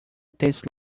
tastes